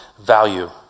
value